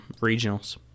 regionals